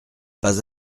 pas